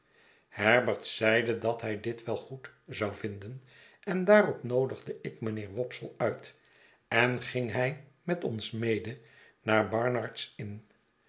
herbert zeide dat hij dit wel goed zou vinden en daarop noodigde ik mijnheer wopsle uit en ging hij met ons mede naar barnard's inn